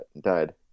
died